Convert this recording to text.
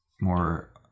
more